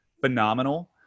phenomenal